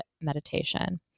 meditation